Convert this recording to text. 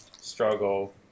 struggle